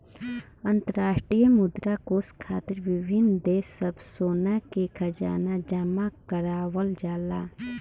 अंतरराष्ट्रीय मुद्रा कोष खातिर विभिन्न देश सब सोना के खजाना जमा करावल जाला